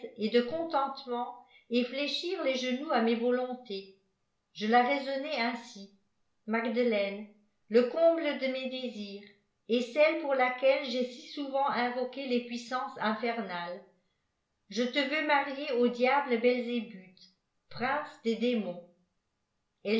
et de conlentement et fléchir les genoux à mes volontés je la raisonnai ainsi magdelaine le comble de mes désirs et celle four laquelle y ai si souvent invoqué les puissances infernales je te veux marier au diable belzébiithy prince des démons